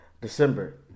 december